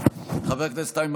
חבר הכנסת יאיר גולן,